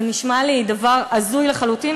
זה נשמע לי דבר הזוי לחלוטין,